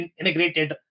integrated